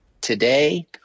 today